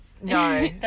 no